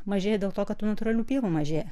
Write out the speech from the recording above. mažėja dėl to kad natūralių pievų mažėja